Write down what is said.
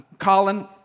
Colin